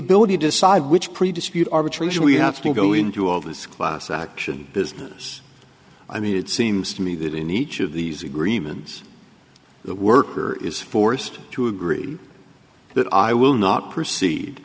ability to decide which pretty dispute arbitration we have to go into all this class action business i mean it seems to me that in each of these agreements the worker is forced to agree that i will not proceed